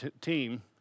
team